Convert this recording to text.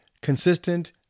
consistent